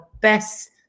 best